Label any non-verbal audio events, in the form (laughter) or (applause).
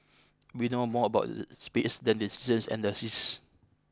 we know more about (unintelligible) the space than the seasons and the seas